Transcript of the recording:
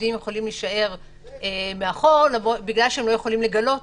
ועובדים יכולים להישאר מאחור מכיוון שהם לא יכולים לגלות